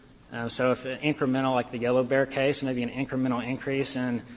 so if an incremental, like the yellowbear case, maybe an incremental increase in